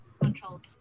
control